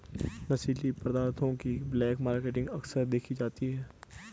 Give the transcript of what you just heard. नशीली पदार्थों की ब्लैक मार्केटिंग अक्सर देखी जाती है